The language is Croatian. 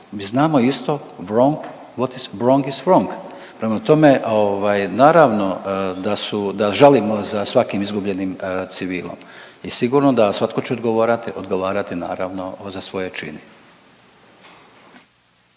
what iz wrong iz wrong. Prema tome, ovaj naravno da su da žalimo za svakim izgubljenim civilom i sigurno da svatko će odgovarati, odgovarati naravno za svoje čini.